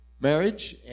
marriage